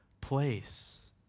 place